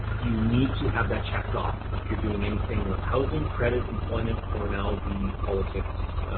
you need to have that checked off. if you're doing anything with housing, credit employment, or now the politics,